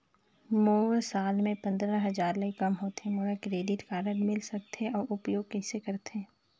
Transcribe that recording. मोर साल मे पंद्रह हजार ले काम होथे मोला क्रेडिट कारड मिल सकथे? अउ उपयोग कइसे करथे?